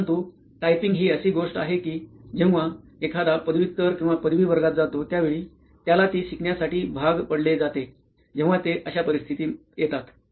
परंतु टायपिंग ही अशी गोष्ट आहे की जेव्हा एखादा पदव्युत्तर किंवा पदवी वर्गात जातो त्यावेळी त्याला ती शिकण्यासाठी भाग पडले जाते जेव्हा ते अश्या परिस्थिती येतात